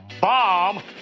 bomb